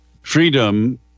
Freedom